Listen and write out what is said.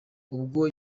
ubwo